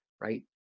right